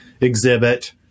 exhibit